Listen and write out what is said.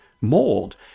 mold